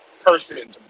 Person